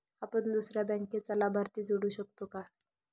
आपण दुसऱ्या बँकेचा लाभार्थी जोडू शकतो का?